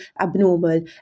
abnormal